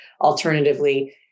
Alternatively